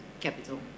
capital